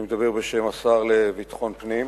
אני מדבר בשם השר לביטחון פנים.